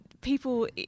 people